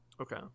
Okay